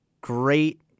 great